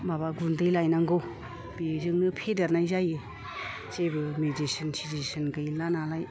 माबा गुन्दै लायनांगौ बेजोंनो फेदेरनाय जायो जेबो मेदिसिन थिदिसिन गैला नालाय